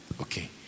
Okay